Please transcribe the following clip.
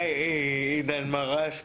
עידן מאראש,